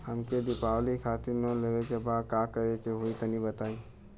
हमके दीवाली खातिर लोन लेवे के बा का करे के होई तनि बताई?